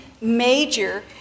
major